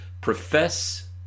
profess